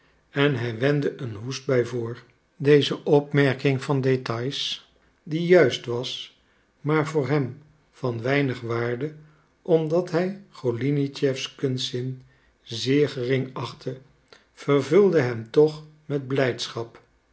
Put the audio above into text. en hij wendde een hoestbui voor deze opmerking van details die juist was maar voor hem van weinig waarde omdat hij golinitschefs kunstzin zeer gering achtte vervulde hem toch met blijdschap